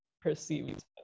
perceived